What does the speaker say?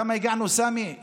לכמה הגענו, סמי?